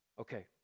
Okay